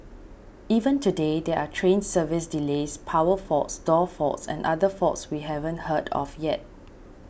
even today there are train service delays power faults door faults and other faults we haven't heard of yet